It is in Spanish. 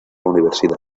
universidad